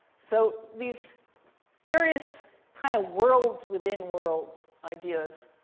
so these various kind of worlds within worlds ideas.